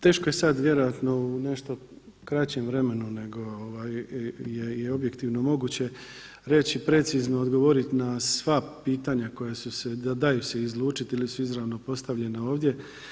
Teško je sad vjerojatno u nešto kraćem vremenu nego je objektivno i moguće reći precizno, odgovorit na sva pitanja koja su se, daju se izlučiti ili su izravno postavljena ovdje.